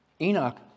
Enoch